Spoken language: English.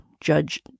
Judge